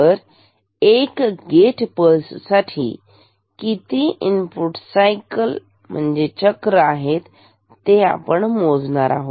तर एक gate pulse साठी किती इनपुट सायकल चक्र आहेत ते मोजायचे आहे